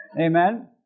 Amen